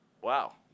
wow